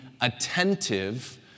attentive